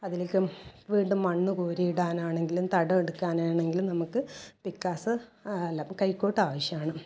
അതിലേക്ക് വീണ്ടും മണ്ണ് കോരിയിടാൻ ആണെങ്കിലും തടമെടുക്കാനാണെങ്കിലും നമുക്ക് പിക്കാസ് അല്ല കൈക്കോട്ട് ആവശ്യമാണ്